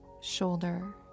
shoulder